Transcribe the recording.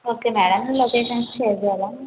okay madam location share చేయాల